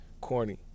corny